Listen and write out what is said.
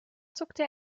zuckte